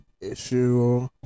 issue